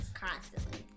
Constantly